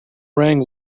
rang